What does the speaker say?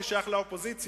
אני שייך לאופוזיציה,